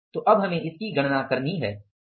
तो अब हमें इसकी गणना करनी है